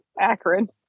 Akron